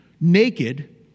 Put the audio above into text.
naked